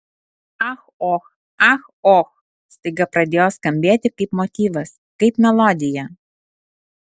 ach och ach och staiga pradėjo skambėti kaip motyvas kaip melodija